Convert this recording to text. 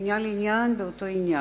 מעניין לעניין באותו עניין,